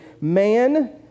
man